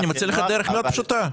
אני מוצא לך דרך מאוד פשוטה,